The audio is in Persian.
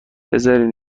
بذارین